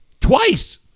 Twice